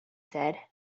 said